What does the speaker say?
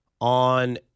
On